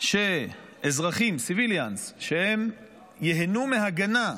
שאומר שאזרחים, civilians, ייהנו מהגנה,